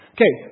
Okay